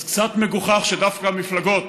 אז קצת מגוחך שדווקא מפלגות